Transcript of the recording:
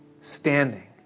standing